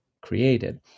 created